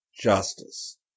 Justice